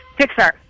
Pixar